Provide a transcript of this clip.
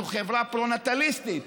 אנחנו חברה פרונטליסטית,